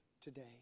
today